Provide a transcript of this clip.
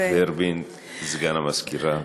ורבין, סגן המזכירה.